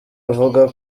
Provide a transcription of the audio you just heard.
avuga